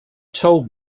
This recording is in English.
told